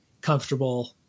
comfortable